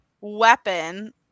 weapon